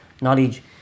knowledge